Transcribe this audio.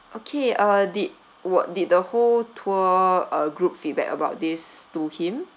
okay uh did what did the whole tour uh group feedback about this to him